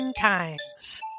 times